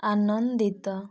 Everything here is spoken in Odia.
ଆନନ୍ଦିତ